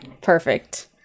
perfect